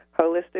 holistic